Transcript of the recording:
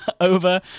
over